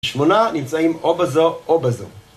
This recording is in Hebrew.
שמונה נמצאים או בזו או בזו